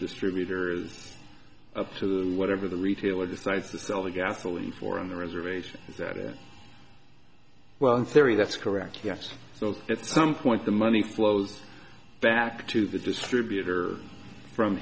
distributor is up to whatever the retailer decides to sell the gasoline for on the reservation that it well in theory that's correct yes so at some point the money flows back to the distributor from